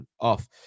off